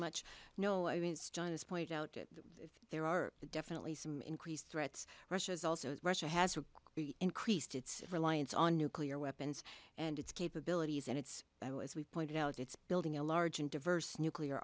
that there are definitely some increased threats russia's also russia has increased its reliance on nuclear weapons and its capabilities and it's as we've pointed out it's building a large and diverse nuclear